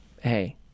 hey